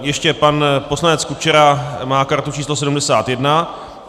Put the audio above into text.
Ještě pan poslanec Kučera má kartu číslo 71.